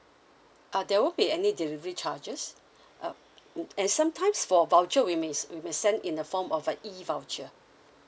uh there won't be any delivery charges uh and sometimes for voucher we may we may send in the form of uh E voucher